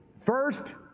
first